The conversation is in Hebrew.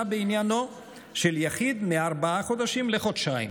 בעניינו של יחיד מארבעה חודשים לחודשיים.